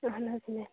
اہن حظ میم